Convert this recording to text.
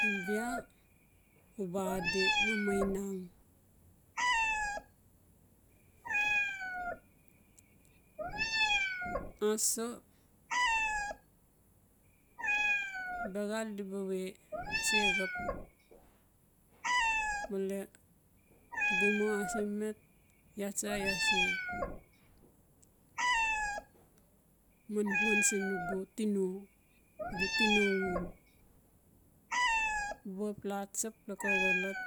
Siin bia iaa baa adi no mainang. Aso biaxal diba we ase xap male nugu mo ase met iaa tsa se manman siin nugu tino nugu tino ul. Na ba xap la tsap laka xolot